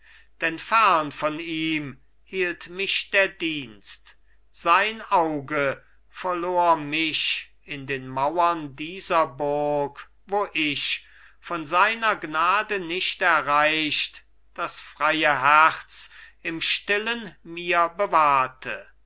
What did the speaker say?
denn fern von ihm hielt mich der dienst sein auge verlor mich in den mauren dieser burg wo ich von seiner gnade nicht erreicht das freie herz im stillen mir bewahrte